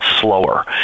slower